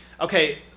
Okay